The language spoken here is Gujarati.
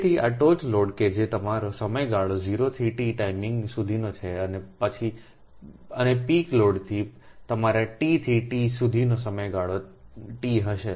તેથી આ ટોચ લોડ કે જે તમારાસમયગાળો 0 થી t ટાઇમિંગ સુધીનો છે અને પીક લોડથી તમારા ટીથી ટી સુધીનો સમયગાળો T હશે